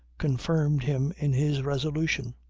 confirmed him in his resolution.